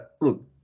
look